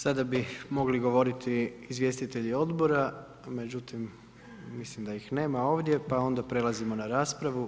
Sada bi mogli govoriti izvjestitelji odbora, međutim mislim da ih nema ovdje pa onda prelazimo na raspravu.